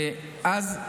ואז,